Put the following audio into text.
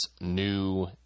new